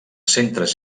centres